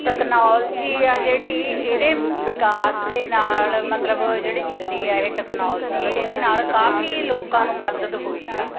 technology ਆ ਜਿਹੜੀ ਇਹਦੇ ਵਿਕਾਸ ਦੇ ਨਾਲ ਮਤਲਬ ਜਿਹੜੀ ਚੱਲੀ ਆ ਇਹ ਟੈਕਨੋਲਜੀ ਇਹਦੇ ਨਾਲ ਕਾਫੀ ਲੋਕਾਂ ਨੂੰ ਮਦਦ ਹੋਈ ਆ